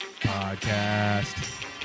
Podcast